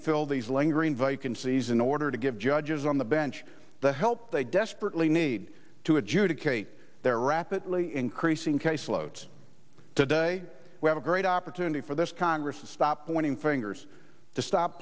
to fill these lingering vacancies in order to give judges on the bench the help they desperately need to adjudicate their rapidly increasing case loads today we have a great opportunity for this congress to stop pointing fingers to stop